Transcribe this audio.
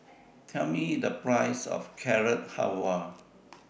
Tell Me The Price of Carrot Halwa